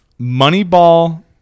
Moneyball